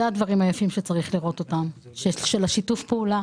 זה הדברים היפים שצריך לראות, של שיתוף הפעולה